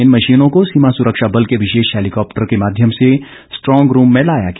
इन मशीनों को सीमा सुरक्षा बल के विशेष हेलिकॉप्टर के माध्यम से स्ट्रॉन्ग रूम में लाया गया